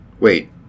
Wait